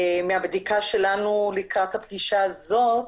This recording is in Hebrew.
מהבדיקה שלנו לקראת הפגישה הזאת,